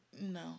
no